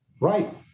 Right